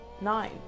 nine